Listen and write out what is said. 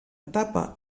etapa